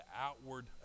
outward